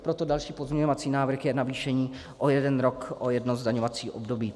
Proto další pozměňovací návrh je navýšení o jeden rok, o jedno zdaňovací období.